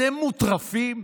אתם מוטרפים?